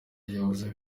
yabuze